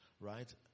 right